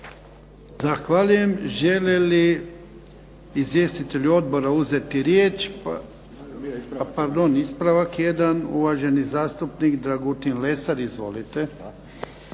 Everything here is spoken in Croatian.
Zahvaljujem. Žele li izvjestitelji Odbora uzeti riječ? Pardon, ispravak jedan. Uvaženi zastupnik Dragutin Lesar. Izvolite.